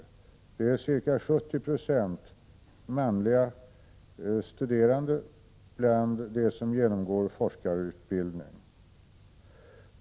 Det är ca 70 96 manliga studerande bland dem som genomgår forskarutbildning.